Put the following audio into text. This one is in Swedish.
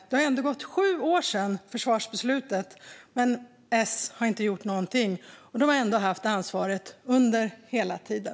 Det har gått sju år sedan försvarsbeslutet, men S har inte gjort någonting. De har ändå haft ansvaret under hela tiden.